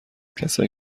کسایی